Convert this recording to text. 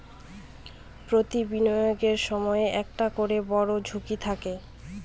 প্রতি বিনিয়োগের সময় একটা করে বড়ো ঝুঁকি থাকে